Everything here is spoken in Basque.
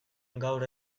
gaur